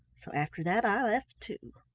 so after that i left too.